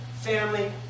Family